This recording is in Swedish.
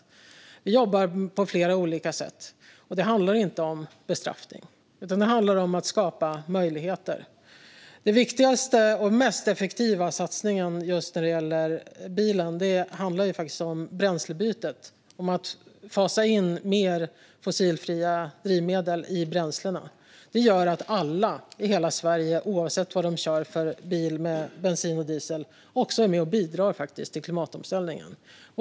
Vi jobbar på flera olika sätt. Det handlar inte om bestraffning, utan det handlar om att skapa möjligheter. Den viktigaste och mest effektiva satsningen när det gäller bilen är Bränslebytet, som handlar om att fasa in mer fossilfria drivmedel i bränslena. Det gör att alla i hela Sverige, oavsett vad man kör för bensin eller dieselbil, är med och bidrar till klimatomställningen.